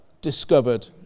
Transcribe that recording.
discovered